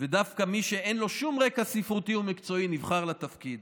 ודווקא מי שאין לו שום רקע ספרותי ומקצועי נבחר לתפקיד.